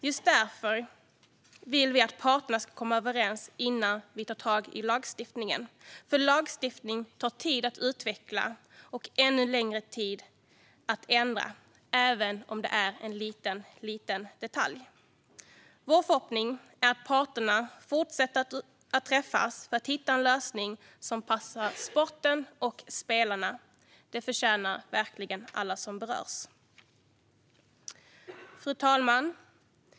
Just därför vill vi att parterna ska komma överens innan vi tar till lagstiftning. Lagstiftning tar ju tid att utveckla och ännu längre tid att ändra, även om det gäller en liten detalj. Vår förhoppning är att parterna fortsätter att träffas för att hitta en lösning som passar sporten och spelarna. Det förtjänar alla som berörs. Fru talman!